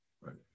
right